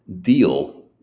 deal